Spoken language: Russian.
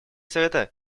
совета